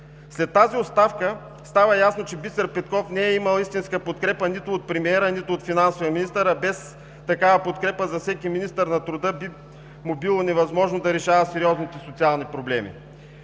След тази оставка става ясно, че Бисер Петков не е имал истинска подкрепа нито от премиера, нито от финансовия министър, а без такава подкрепа на всеки министър на труда би му било невъзможно да решава сериозните социални проблеми.